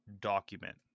document